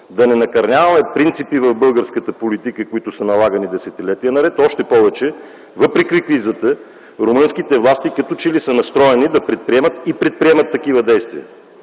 да не накърняваме принципи в българската политика, които са налагани десетилетия наред, още повече, че въпреки кризата румънските власти като че ли са настроени да предприемат и предприемат такива действия.